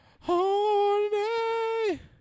Horny